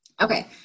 Okay